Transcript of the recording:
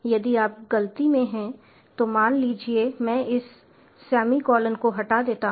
यदि आप गलती में हैं तो मान लीजिए मैं इस सेमीकोलन को हटा देता हूं